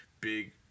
big –